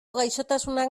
gaixotasunak